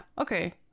okay